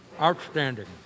Outstanding